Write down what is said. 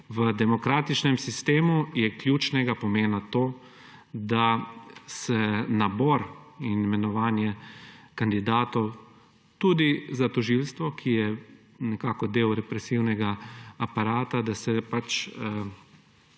v demokratičnem sistemu je ključnega pomena to, da se nabor in imenovanje kandidatov tudi za tožilstvo, ki je nekako del represivnega aparata, da se pač